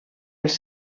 els